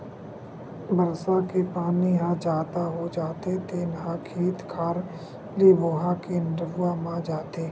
बरसा के पानी ह जादा हो जाथे तेन ह खेत खार ले बोहा के नरूवा म जाथे